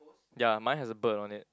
ya mine has a bird on it